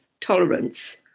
tolerance